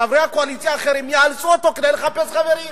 חברי הקואליציה האחרים יאנסו אותו כדי לחפש חברים,